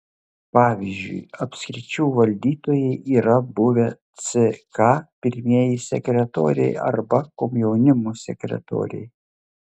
pavyzdžiui apskričių valdytojai yra buvę ck pirmieji sekretoriai arba komjaunimo sekretoriai